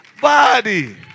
body